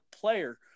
player